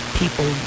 people